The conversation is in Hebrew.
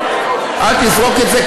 אל תזרוק את זה,